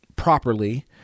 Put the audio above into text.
Properly